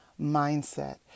mindset